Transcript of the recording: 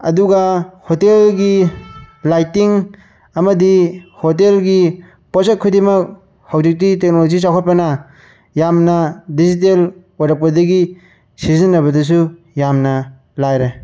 ꯑꯗꯨꯒ ꯍꯣꯇꯦꯜꯒꯤ ꯂꯥꯏꯇꯤꯡ ꯑꯃꯗꯤ ꯍꯣꯇꯦꯜꯒꯤ ꯄꯣꯠꯁꯛ ꯈꯨꯗꯤꯡꯃꯛ ꯍꯧꯖꯤꯛꯇꯤ ꯇꯦꯛꯅꯣꯂꯣꯖꯤ ꯆꯥꯎꯈꯠꯄꯅ ꯌꯝꯅ ꯗꯤꯖꯤꯇꯦꯂ ꯑꯣꯏꯔꯛꯄꯗꯒꯤ ꯁꯤꯖꯤꯟꯅꯕꯗꯁꯨ ꯌꯥꯝꯅ ꯂꯥꯏꯔꯦ